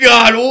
God